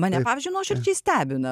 mane pavyzdžiui nuoširdžiai stebina